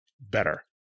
better